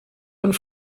und